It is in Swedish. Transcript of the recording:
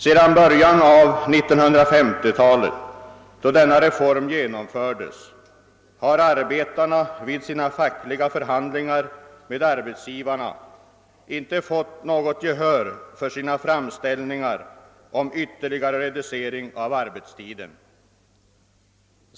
Sedan början av 1950-talet, då denna reform genomfördes, har arbetarna vid sina fackliga förhandlingar med arbetsgivarna inte fått något gehör för sina framställningar om ytterligare reducering av arbetstiden.